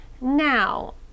now